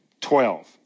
Twelve